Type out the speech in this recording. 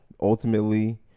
ultimately